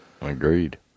Agreed